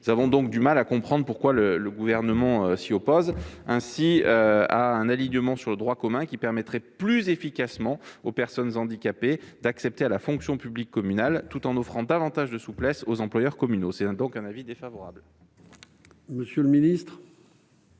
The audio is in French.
nous avons donc du mal à comprendre pourquoi le Gouvernement s'oppose ainsi à un alignement sur le droit commun, lequel permettrait pourtant plus efficacement aux personnes handicapées d'accéder à la fonction publique communale, tout en offrant davantage de souplesse aux employeurs communaux. L'avis est donc défavorable. La parole est à